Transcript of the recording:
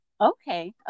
Okay